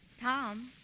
Tom